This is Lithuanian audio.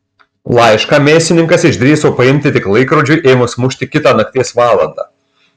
laišką mėsininkas išdrįso paimti tik laikrodžiui ėmus mušti kitą nakties valandą